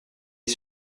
est